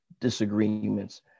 disagreements